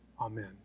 Amen